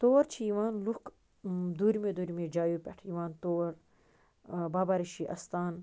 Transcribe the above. تور چھِ یِوان لُکھ دوٗرِمیو دوٗرِمیو جایو پٮ۪ٹھ یِوان تور بابا ریٖشی اَستان